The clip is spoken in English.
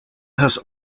has